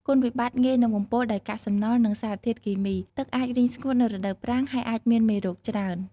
គុណវិបត្តិ ងាយនឹងបំពុលដោយកាកសំណល់ និងសារធាតុគីមី។ ទឹកអាចរីងស្ងួតនៅរដូវប្រាំង ហើយអាចមានមេរោគច្រើន។